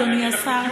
אדוני השר,